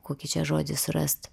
kokį čia žodžį surast